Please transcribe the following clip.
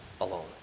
alone